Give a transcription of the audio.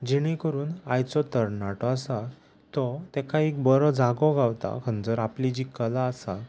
जेणे करून आयचो तरणाटो आसा तो ताका एक बरो जागो गावता खंय जर आपली जी कला आसा